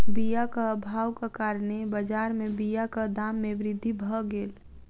बीयाक अभावक कारणेँ बजार में बीयाक दाम में वृद्धि भअ गेल